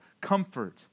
Comfort